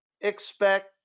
expect